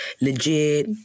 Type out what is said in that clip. legit